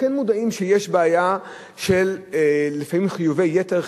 הם כן מודעים שיש בעיה של לפעמים חיובי יתר,